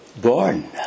born